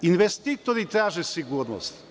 Investitori traže sigurnost.